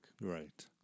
Right